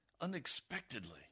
unexpectedly